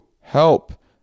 help